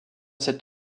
cet